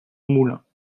moulins